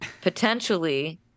potentially